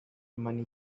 money